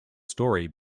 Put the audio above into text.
story